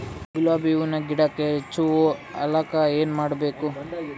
ಗುಲಾಬಿ ಹೂವಿನ ಗಿಡಕ್ಕ ಹೆಚ್ಚ ಹೂವಾ ಆಲಕ ಏನ ಮಾಡಬೇಕು?